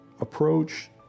approach